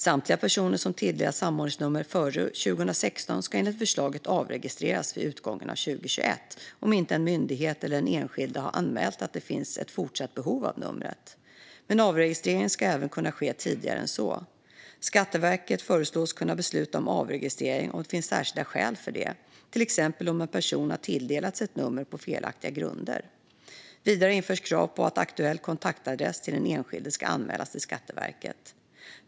Samtliga personer som tilldelats samordningsnummer före 2016 ska enligt förslaget avregistreras vid utgången av 2021 om inte en myndighet eller den enskilde har anmält att det finns ett fortsatt behov av numret. Men avregistrering ska även kunna ske tidigare än så. Skatteverket föreslås kunna besluta om avregistrering om det finns särskilda skäl för det, till exempel om en person har tilldelats ett nummer på felaktiga grunder. Vidare införs krav på att aktuell kontaktadress till den enskilde ska anmälas till Skatteverket.